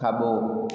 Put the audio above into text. खाॿो